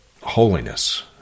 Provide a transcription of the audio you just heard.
holiness